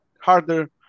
harder